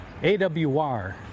AWR